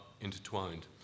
intertwined